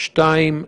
והשני,